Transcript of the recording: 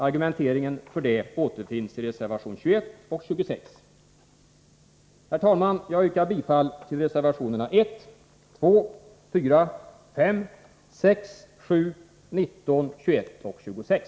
Argumenteringen för detta återfinns i reservationerna 21 och 26. Herr talman! Jag yrkar bifall till reservationerna 1, 2, 4, 5, 6, 7, 19, 21 och 26.